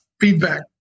Feedback